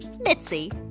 Mitzi